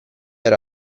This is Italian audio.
era